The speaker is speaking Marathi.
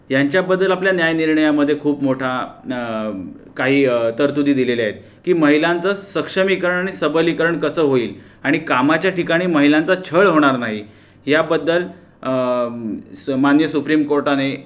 ह्यांच्याबद्दल आपल्या न्याय निर्णयामध्ये खूप मोठा काही तरतुदी दिलेल्या आहेत की महिलांचं सक्षमीकरण आणि सबलीकरण कसं होईल आणि कामाच्या ठिकाणी महिलांचा छळ होणार नाही याबद्दल सु माननीय सुप्रीम कोर्टाने